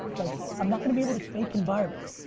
like i'm not gonna be able to fake environment.